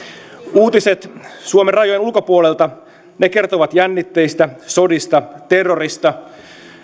uutiset suomen rajojen ulkopuolelta kertovat jännitteistä sodista terrorista